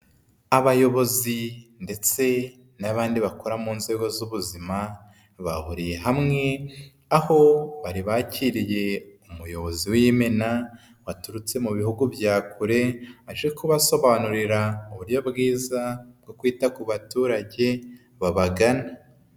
Abayobozi ndetse n'abandi bakora mu nzego z'ubuzima bahuriye hamwe aho bari bakiriye umuyobozi w'imena waturutse mu bihugu bya kure aje kubasobanurira uburyo bwiza bwo kwita ku baturage babagana.